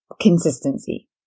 consistency